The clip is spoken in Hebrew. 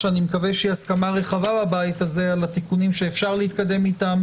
שאני מקווה שהיא הסכמה רחבה בבית הזה על התיקונים שאפשר להתקדם איתם,